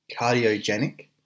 cardiogenic